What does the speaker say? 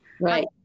Right